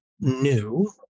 new